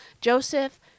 Joseph